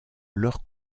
leur